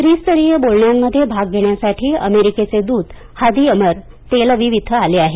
त्रिस्तरीय बोलण्यांमध्ये भाग घेण्यासाठी अमेरिकेचे दूत हादी अमर तेल अविव इथं आले आहेत